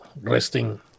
resting